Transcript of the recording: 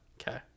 Okay